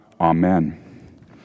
Amen